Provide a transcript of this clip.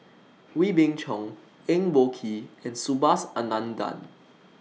Wee Beng Chong Eng Boh Kee and Subhas Anandan